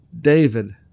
David